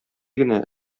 генә